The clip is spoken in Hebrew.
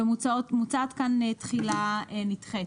מוצעת כאן תחילה נדחית